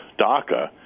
DACA